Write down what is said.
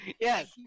yes